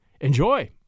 Enjoy